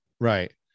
right